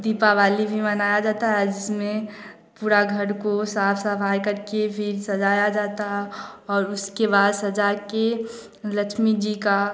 दीपावली भी मनाया जाता है जिसमें पूरा घर को साफ़ सफ़ाई करके फ़िर सजाया जाता और उसके बाद सजाकर लक्ष्मी जी का